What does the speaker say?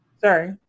sorry